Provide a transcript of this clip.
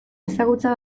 ezagutza